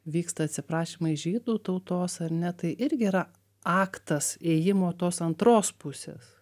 vyksta atsiprašymai žydų tautos ar ne tai irgi yra aktas ėjimo tos antros pusės